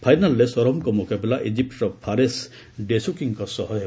ଫାଇନାଲ୍ରେ ସୌରଭଙ୍କ ମୁକାବିଲା ଇଜିପ୍ଟର ଫାରେସ୍ ଡେସୁକିଙ୍କ ସହ ହେବ